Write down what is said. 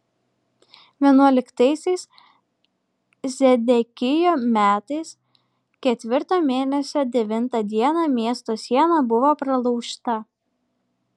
vienuoliktaisiais zedekijo metais ketvirto mėnesio devintą dieną miesto siena buvo pralaužta